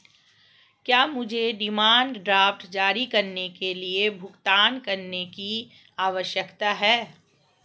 क्या मुझे demand draft जारी करने के लिए भुगतान करने की आवश्यकता है?